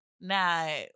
Now